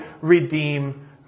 redeem